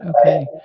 Okay